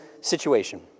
situation